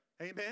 Amen